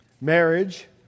marriage